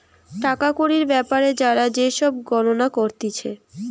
টাকা কড়ির বেপারে যারা যে সব গবেষণা করতিছে